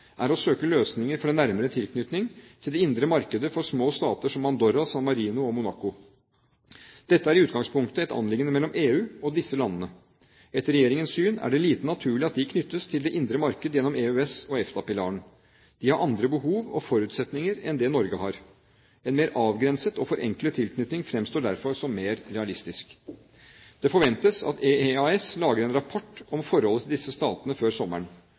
er å søke løsninger for en nærmere tilknytning til det indre markedet for små stater som Andorra, San Marino og Monaco. Dette er i utgangspunktet et anliggende mellom EU og disse landene. Etter regjeringens syn er det lite naturlig at de knyttes til det indre markedet gjennom EØS og EFTA-pilaren. De har andre behov og forutsetninger enn det Norge har. En mer avgrenset og forenklet tilknytning fremstår derfor som mer realistisk. Det forventes at EEAS lager en rapport om forholdet til disse statene før sommeren.